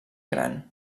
gran